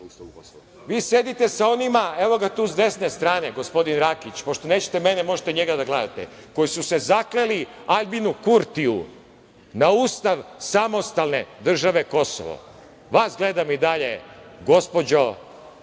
Šredera. Vi sedite sa onima, evo ga tu sa desne strane, gospodin Rakić, pošto nećete mene, možete njega da gledate, koji su se zakleli Aljbinu Kurtiju na ustav samostalne države Kosovo. Vas gledam i dalje, gospođo